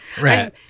Right